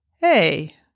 hey